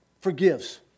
forgives